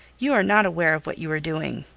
you are not aware of what you are doing.